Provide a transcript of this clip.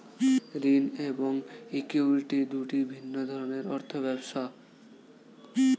ঋণ এবং ইক্যুইটি দুটি ভিন্ন ধরনের অর্থ ব্যবস্থা